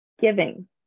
giving